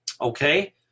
Okay